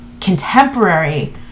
contemporary